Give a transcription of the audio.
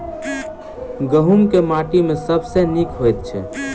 गहूम केँ माटि मे सबसँ नीक होइत छै?